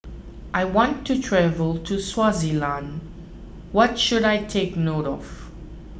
I want to travel to Swaziland what should I take note of